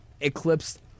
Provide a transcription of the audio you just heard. Eclipsed